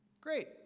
Great